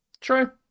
True